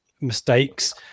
mistakes